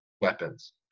weapons